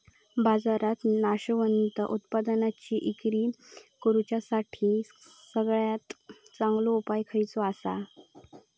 बाजारात नाशवंत उत्पादनांची इक्री करुच्यासाठी सगळ्यात चांगलो उपाय खयचो आसा?